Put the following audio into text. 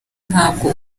ntabwo